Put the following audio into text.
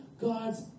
God's